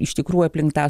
iš tikrųjų aplink tą